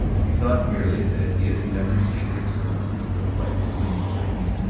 he thought merely that he had never seen her so delightfully pretty.